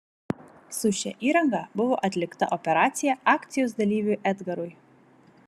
su šia įranga buvo atlikta operacija akcijos dalyviui edgarui